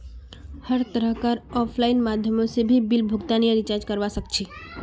हर तरह कार आफलाइन माध्यमों से भी बिल भुगतान या रीचार्ज करवा सक्छी